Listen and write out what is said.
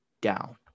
down